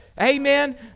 Amen